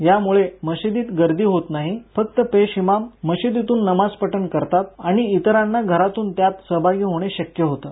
या मुळे मशिदीत गर्दी होत नाहीफक्त पेश इमाम मशिदीतून नमाज पठण करतात आणि इतरांना घरातून त्यात सहभागी होणे शक्य होतं